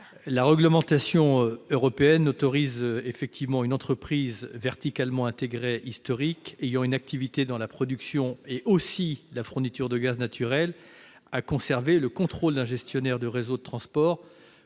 La réglementation européenne n'autorise effectivement une entreprise historique verticalement intégrée ayant une activité dans la production et aussi la fourniture de gaz naturel à conserver le contrôle d'un gestionnaire de réseau de transport